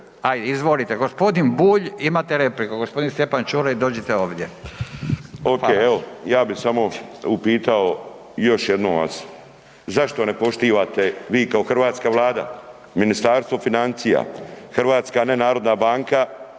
Ajde, izvolite gospodin Bulj, imate repliku. Gospodin Stjepan Ćuraj dođite ovdje. **Bulj, Miro (MOST)** Ok, evo ja bi samo upitao još jednom vas, zašto ne poštivate vi kao hrvatska Vlada, Ministarstvo financija, hrvatska nenarodna banka,